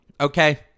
Okay